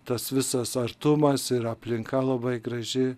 tas visas artumas ir aplinka labai graži